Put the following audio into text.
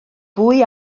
fwy